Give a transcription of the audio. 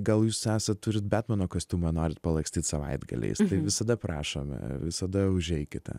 gal jūs esat turit betmano kostiumą norit palakstyt savaitgaliais visada prašome visada užeikite